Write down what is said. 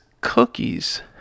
cookies